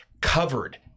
covered